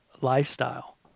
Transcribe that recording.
lifestyle